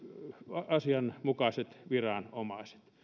asianmukaiset viranomaiset